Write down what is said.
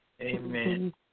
Amen